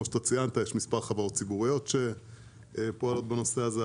וכמו שציינת יש מספר חברות ציבוריות שפועלות בנושא הזה.